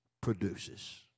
produces